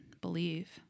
believe